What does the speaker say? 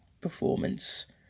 performance